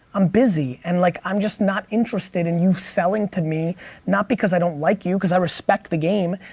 i'm busy and like i'm just not interested in you selling to me not because i don't like you, cause i respect the game.